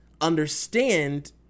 understand